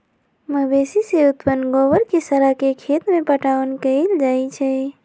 मवेशी से उत्पन्न गोबर के सड़ा के खेत में पटाओन कएल जाइ छइ